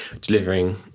delivering